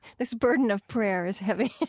this burden of prayer is heavy